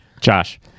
Josh